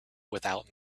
without